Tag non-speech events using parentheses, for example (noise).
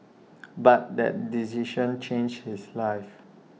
(noise) but that decision changed his life